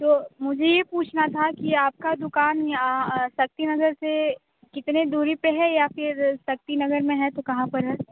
तो मुझे ये पूछना था कि आप की दुकान यहाँ शक्तिनगर से कितने दूरी पर है या फिर शक्तिनगर में है तो कहाँ पर है